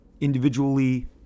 individually